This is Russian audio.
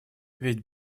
ведь